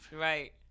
Right